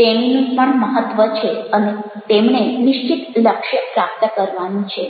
તેણીનું પણ મહત્ત્વ છે અને તેમણે નિશ્ચિત લક્ષ્ય પ્રાપ્ત કરવાનું છે